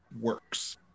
works